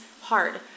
hard